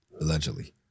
Allegedly